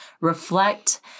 reflect